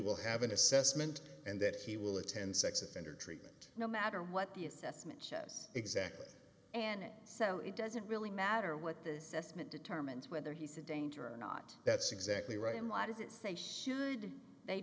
will have an assessment and that he will attend sex offender treatment no matter what the assessment shows exactly and so it doesn't really matter what the system it determines whether he said danger or not that's exactly right and what does it say should they